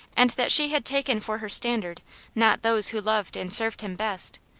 and that she had taken for her standard not those who loved and served him best,